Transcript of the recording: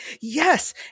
Yes